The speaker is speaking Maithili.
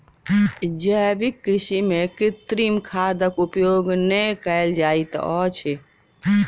जैविक कृषि में कृत्रिम खादक उपयोग नै कयल जाइत अछि